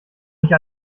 nicht